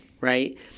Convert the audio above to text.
right